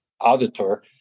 auditor